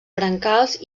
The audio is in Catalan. brancals